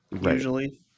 usually